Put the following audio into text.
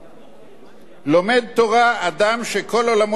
לומד תורה, אדם שכל עולמו אינו אלא תורה,